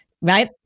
Right